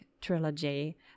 trilogy